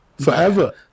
Forever